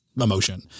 emotion